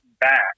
back